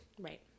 Right